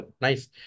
nice